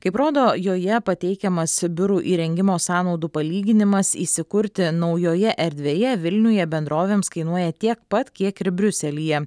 kaip rodo joje pateikiamas biurų įrengimo sąnaudų palyginimas įsikurti naujoje erdvėje vilniuje bendrovėms kainuoja tiek pat kiek ir briuselyje